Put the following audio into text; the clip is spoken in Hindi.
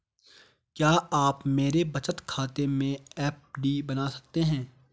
क्या आप मेरे बचत खाते से एफ.डी बना सकते हो?